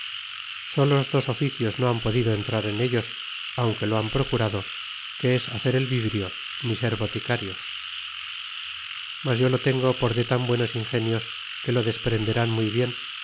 solos dos oficios no han podido entrar en ellos aunque lo han procurado que es hacer el vidrio ni ser boticarios mas yo lo tengo por de tan buenos ingenios que lo desprenderán muy bien